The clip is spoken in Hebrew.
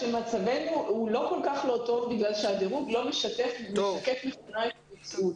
שמצבנו הוא לא כל כך לא טוב בגלל שהדירוג לא משקף נכונה את המציאות.